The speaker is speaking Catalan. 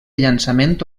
llançament